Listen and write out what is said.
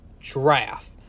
draft